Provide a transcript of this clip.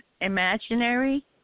imaginary